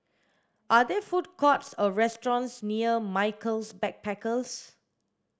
are there food courts or restaurants near Michaels Backpackers